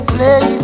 Play